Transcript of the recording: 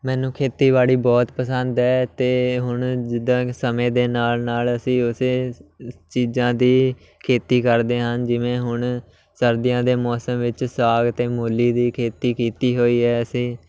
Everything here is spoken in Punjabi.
ਮੈਨੂੰ ਖੇਤੀਬਾੜੀ ਬਹੁਤ ਪਸੰਦ ਹੈ ਅਤੇ ਹੁਣ ਜਿੱਦਾਂ ਸਮੇਂ ਦੇ ਨਾਲ ਨਾਲ ਅਸੀਂ ਉਸੇ ਚੀਜ਼ਾਂ ਦੀ ਖੇਤੀ ਕਰਦੇ ਹਾਂ ਜਿਵੇਂ ਹੁਣ ਸਰਦੀਆਂ ਦੇ ਮੌਸਮ ਵਿੱਚ ਸਾਗ ਅਤੇ ਮੂਲੀ ਦੀ ਖੇਤੀ ਕੀਤੀ ਹੋਈ ਹੈ ਅਸੀਂ